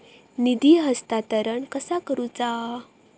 निधी हस्तांतरण कसा करुचा?